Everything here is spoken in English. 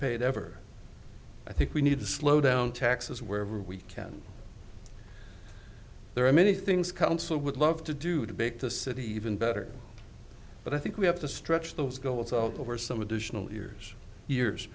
paid ever i think we need to slow down taxes wherever we can there are many things council would love to do to make the city even better but i think we have to stretch those goals out over some additional years years